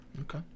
Okay